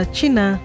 China